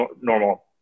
normal